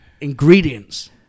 ingredients